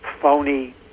phony